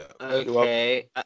Okay